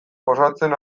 gozatzen